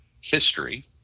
history